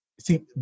see